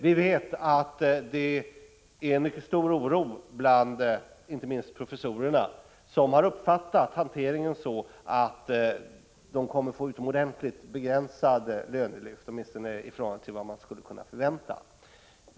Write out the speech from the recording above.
Vi vet att det är en mycket stor oro, inte minst bland professorerna, som har uppfattat situationen så att de kommer att få utomordentligt begränsade lönelyft, åtminstone i förhållande till vad man skulle kunna förvänta.